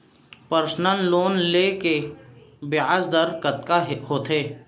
Personal loan ले के ब्याज दर कतका होथे?